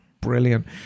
brilliant